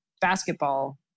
basketball